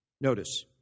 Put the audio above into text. Notice